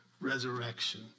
resurrection